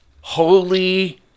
holy